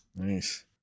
Nice